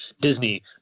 disney